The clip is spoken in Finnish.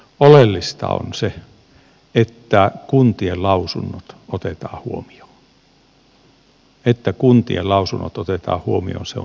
oleellista on se että kuntien lausunnot otetaan huomioon että kuntien lausunnot otetaan huomioon se on hyvin tärkeä asia